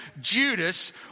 Judas